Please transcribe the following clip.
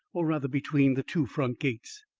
or rather between the two front gates.